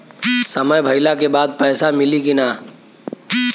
समय भइला के बाद पैसा मिली कि ना?